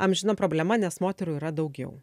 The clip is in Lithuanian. amžina problema nes moterų yra daugiau